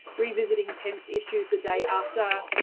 revisiting tense issues the day after.